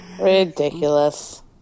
Ridiculous